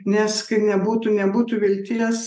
nes kai nebūtų nebūtų vilties